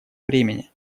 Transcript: времени